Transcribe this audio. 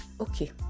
okay